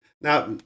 Now